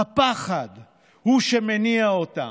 הפחד הוא שמניע אותם,